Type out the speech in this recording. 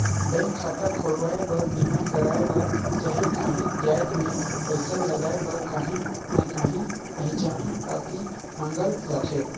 bank खाता खोलवाए बर, बीमा करवाए बर चहे काहींच जाएत में पइसा लगाए बर काहीं ना काहीं पहिचान पाती मांगल जाथे